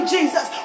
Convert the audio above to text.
Jesus